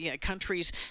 countries